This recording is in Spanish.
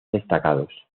destacados